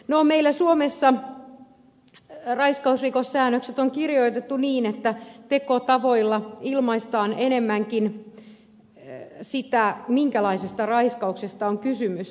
no meillä suomessa raiskausrikossäännökset on kirjoitettu niin että tekotavoilla ilmaistaan enemmänkin sitä minkälaisesta raiskauksesta on kysymys